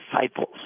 disciples